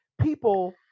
people